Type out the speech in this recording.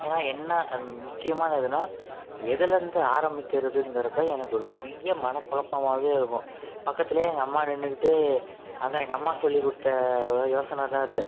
ஏனால் என்ன அது முக்கியமான இதுன்னால் எதுலேருந்து ஆரம்பிக்கிறதுங்கிறது தான் எனக்கு ஒரு பெரிய மன குழப்பமாவே இருக்கும் பக்கத்தில் எங்கள் அம்மா நின்றுக்கிட்டு அதுதான் எங்கள் அம்மா சொல்லிக்கொடுத்த யோசனை தான் அது